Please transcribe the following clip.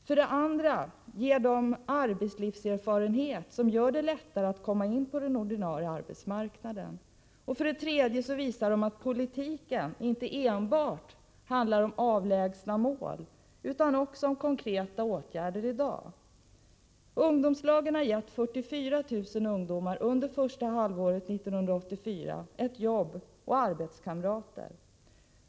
För det andra ger de en arbetslivserfarenhet som gör det lättare att komma in på den ordinarie arbetsmarknaden. För det tredje visar det att politiken inte enbart handlar om avlägsna mål utan också om konkreta åtgärder i dag. Ungdomslagen har under första halvåret 1984 gett 44 000 ungdomar ett jobb och arbetskamrater.